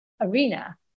arena